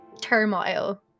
turmoil